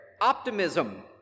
optimism